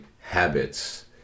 habits